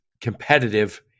competitive